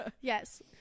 Yes